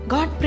God